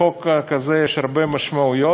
לחוק כזה יש הרבה משמעויות,